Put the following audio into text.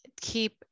keep